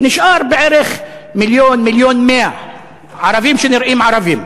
נשאר בערך מיליון או 1.1 מיליון ערבים שנראים ערבים.